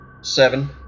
Seven